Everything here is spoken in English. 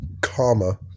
karma